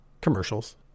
Commercials